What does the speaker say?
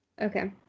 Okay